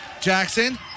Jackson